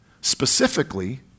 Specifically